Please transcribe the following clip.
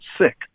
sick